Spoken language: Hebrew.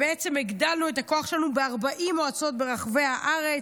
הגדלנו את הכוח שלנו ב-40 מועצות ברחבי הארץ.